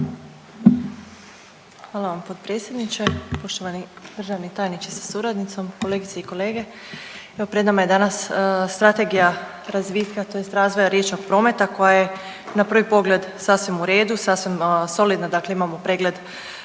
Hvala vam potpredsjedniče. Poštovani državni tajniče sa suradnicom, kolegice i kolege. Evo pred nama je danas Strategija razvitka, tj. razvoja riječnog prometa koja je na prvi pogled sasvim u redu, sasvim solidna. Dakle, imamo pregled